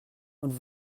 und